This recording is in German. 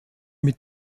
mit